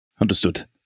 Understood